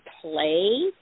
play